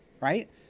right